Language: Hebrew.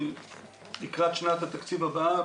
לקראת שנת התקציב הבאה,